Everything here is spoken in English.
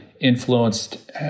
influenced